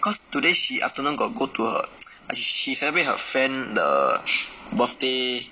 cause today she afternoon got go tour she celebrate her friend the birthday